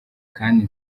kandi